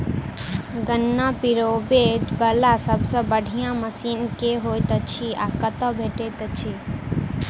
गन्ना पिरोबै वला सबसँ बढ़िया मशीन केँ होइत अछि आ कतह भेटति अछि?